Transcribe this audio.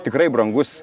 tikrai brangus